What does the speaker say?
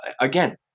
Again